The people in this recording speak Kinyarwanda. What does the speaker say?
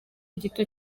gito